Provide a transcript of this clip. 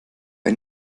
bei